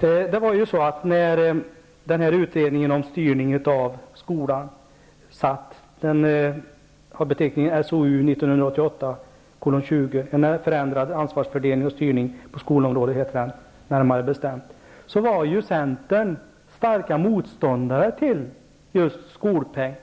I utredningen SOU 1988:20 ''En förändrad ansvarsfördelning och styrning på skolområdet'' var centern starka motståndare till just skolpeng.